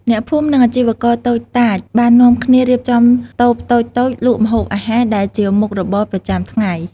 អ្នកភូមិ និងអាជីវករតូចតាចបាននាំគ្នារៀបចំតូបតូចៗលក់ម្ហូបអាហារដែលជាមុខរបរប្រចាំថ្ងៃ។